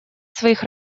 своих